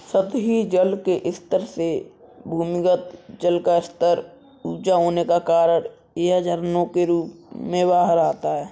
सतही जल के स्तर से भूमिगत जल का स्तर ऊँचा होने के कारण यह झरनों के रूप में बाहर आता है